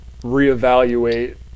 reevaluate